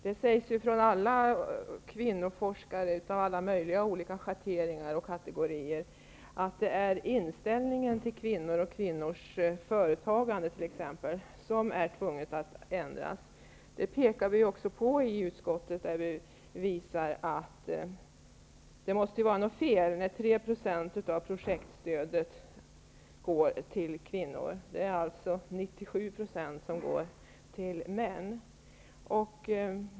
Det sägs av alla kvinnoforskare av alla möjliga schatteringar och kategorier att inställningen till kvinnor och kvinnors företagande måste ändras. Det pekar vi på i utskottet. Det måste vara något fel när 3 %av projektstödet går till kvinnor, medan 97 %går till män.